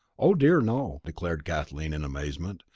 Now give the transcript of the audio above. oh, dear no, declared kathleen in amazement.